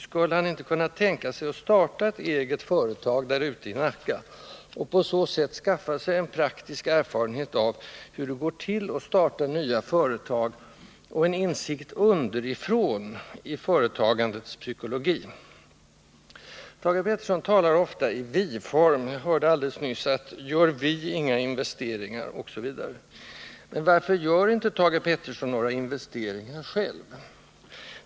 Skulle han inte kunna tänka sig att starta ett eget företag där ute i Nacka och på så sätt skaffa sig en praktisk erfarenhet av hur det går till att starta nya företag och en insikt underifrån i företagandets psykologi? Thage Peterson talar ofta i vi-form. Jag hörde alldeles nyss: Gör vi inga investeringar osv. Varför gör inte Thage Peterson några investeringar själv?